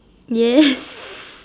yes